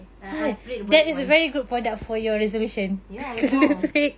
err I've read about it once ya I know